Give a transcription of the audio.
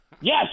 Yes